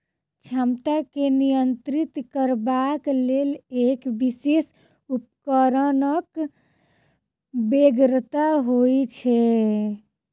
क्षमता के नियंत्रित करबाक लेल एक विशेष उपकरणक बेगरता होइत छै